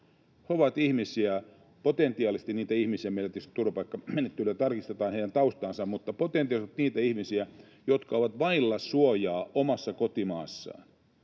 haavoittuvimpia kansalaisia. Meillä tietysti turvapaikkamenettelyssä tarkistetaan heidän taustansa, mutta he ovat potentiaalisesti niitä ihmisiä, jotka ovat vailla suojaa omassa kotimaassaan.